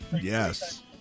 Yes